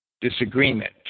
disagreement